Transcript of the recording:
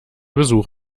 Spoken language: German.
besuch